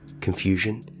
confusion